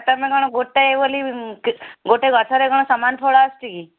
ତୁମେ କ'ଣ ଗୋଟାଏ ବୋଲି ଗୋଟେ ଗଛରେ କ'ଣ ସମାନ ଫଳ ଆସୁଛି କି